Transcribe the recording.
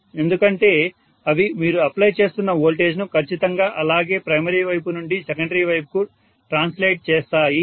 ఎందుకంటే అవి మీరు అప్లై చేస్తున్న వోల్టేజ్ ను ఖచ్చితంగా అలాగే ప్రైమరీ వైపు నుండి సెకండరీ వైపుకు ట్రాన్స్లేట్ చేస్తాయి